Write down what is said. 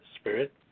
Spirit